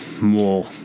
more